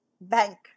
bank